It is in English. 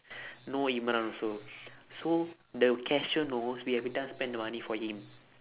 know imran also so the cashier knows we every time spend the money for him